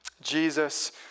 Jesus